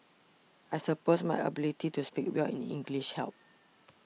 I suppose my ability to speak well in English helped